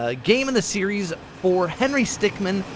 ah game in the series for henry stickman!